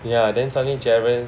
ya then suddenly Geron